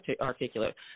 articulate